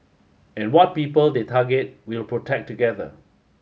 and what people they target we'll protect together